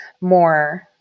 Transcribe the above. more